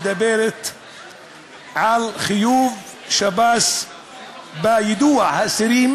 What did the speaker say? מדברת על חיוב שב"ס ביידוע אסירים